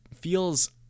feels